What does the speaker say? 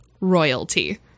royalty